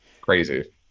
Crazy